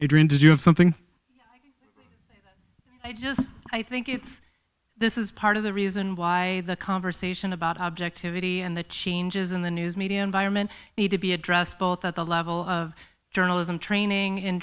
they did you have something i just i think it's this is part of the reason why the conversation about objectivity and the changes in the news media environment need to be addressed both at the level of journalism training in